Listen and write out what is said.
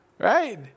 Right